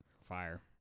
Fire